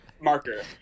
marker